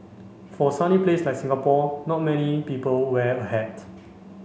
for a sunny place like Singapore not many people wear a hat